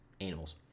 animals